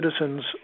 citizens